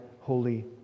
holy